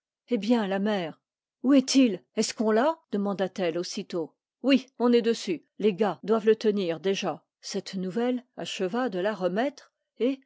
eh bien la mère où est-il est-ce qu'on l'a demanda-t-elle aussitôt oui on est dessus les gars doivent le tenir déjà cette nouvelle acheva de la remettre et